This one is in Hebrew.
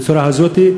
בצורה הזאת,